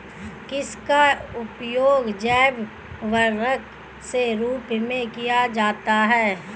किसका उपयोग जैव उर्वरक के रूप में किया जाता है?